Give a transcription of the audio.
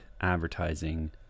advertising